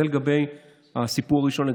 זה לגבי הסיפור ראשון,